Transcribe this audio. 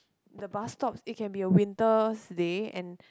the bus stops it can be a winter's day and